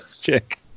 Chick